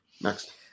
Next